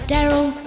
Daryl